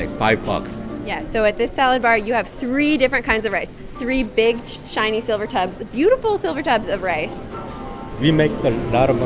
and five bucks yeah, so at this salad bar, you have three different kinds of rice, three big, shiny silver tubs, beautiful silver tubs of rice we make a lot of